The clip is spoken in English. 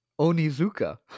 Onizuka